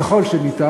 ככל שאפשר.